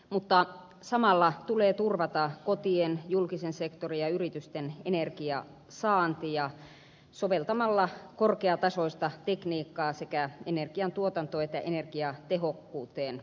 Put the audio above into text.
mutta samalla tulee turvata kotien julkisen sektorin ja yritysten energian saanti soveltamalla korkeatasoista tekniikkaa sekä energian tuotantoon että energiatehokkuuden kasvattamiseen